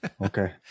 Okay